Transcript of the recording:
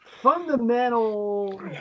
fundamental